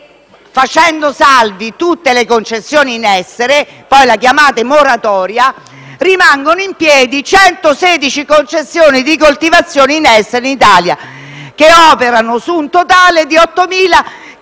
Facendo salve tutte le concessioni in essere - poi la chiamate moratoria -rimangono in piedi 116 concessioni di coltivazione in essere in Italia, che operano su un totale di 8.000 chilometri